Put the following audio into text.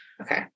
okay